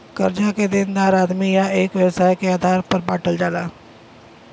कर्जा के देनदार आदमी या एक व्यवसाय के आधार पर बांटल जाला